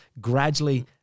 gradually